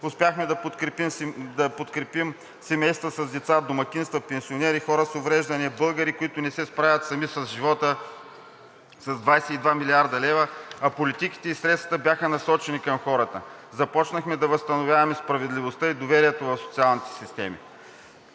Успяхме да подкрепим семейства с деца, домакинства, пенсионери, хора с увреждания, българи, които не се справят сами с живота – с 22 млрд. лв., а политиките и средствата бяха насочени към хората. Започнахме да възстановяваме справедливостта и доверието в социалните системи.